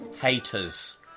Haters